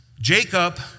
Jacob